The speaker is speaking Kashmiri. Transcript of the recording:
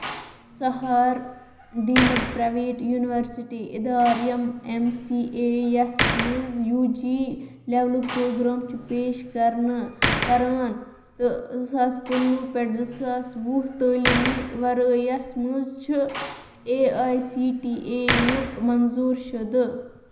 ژٕہار ڈیٖمٕڈ پرٛایویٹ یوٗنیوَرسِٹی اِدارٕ یِم اٮ۪م سی اے یَس منٛز یوٗ جی لٮ۪ولُک پرٛوگرام چھِ پیش کَرنہٕ کَران تہٕ زٕ ساس کُنہٕ وُہ پٮ۪ٹھ زٕ ساس وُہ تٲلیٖمی وَرٲے یَس منٛز چھُ A I C T E یُک منظوٗر شُدٕ